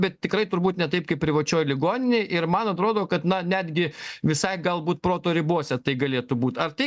bet tikrai turbūt ne taip kaip privačioj ligoninėj ir man atrodo kad na netgi visai galbūt proto ribose tai galėtų būt ar tai